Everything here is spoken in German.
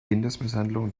kindesmisshandlung